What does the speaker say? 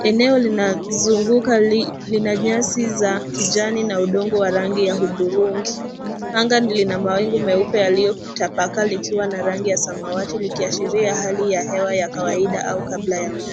Eneo linazungukwa na nyasi za kijani na udongo wa rangu ya hudhurungi. Anga lina mawingu meupe yaliyotapakaa likiwa na rangi ya samawati likiashiria hali ya hewa ya kawaida au kabla ya mvua.